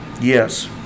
Yes